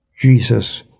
Jesus